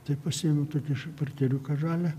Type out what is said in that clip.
tai pasiėmiau tokį aš portfeliuką žalią